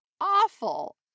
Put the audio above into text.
awful